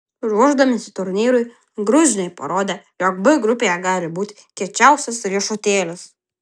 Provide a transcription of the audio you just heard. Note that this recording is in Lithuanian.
ruošdamiesi turnyrui gruzinai parodė jog b grupėje gali būti kiečiausias riešutėlis